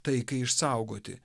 taikai išsaugoti